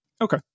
okay